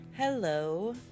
Hello